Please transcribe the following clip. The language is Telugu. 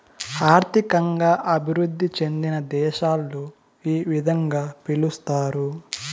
ఆర్థికంగా అభివృద్ధి చెందిన దేశాలలో ఈ విధంగా పిలుస్తారు